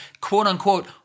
quote-unquote